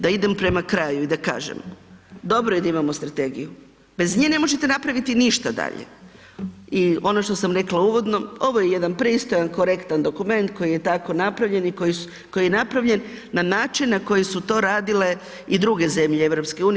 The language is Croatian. Da idem prema kraju i da kažem, dobro je da imamo strategiju, bez nje ne možete napraviti ništa dalje i ono što sam rekla i ono što sam rekla uvodno, ovo je jedan pristojan, korektan dokument koji je tako napravljen i koji je napravljen na način na koji su to radile i druge zemlje EU.